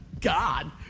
God